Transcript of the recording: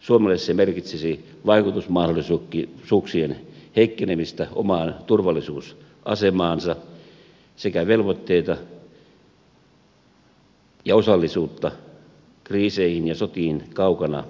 suomelle se merkitsisi vaikutusmahdollisuuksien heikkenemistä omaan turvallisuusasemaamme sekä velvoitteita ja osallisuutta kriiseihin ja sotiin kaukana